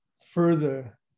further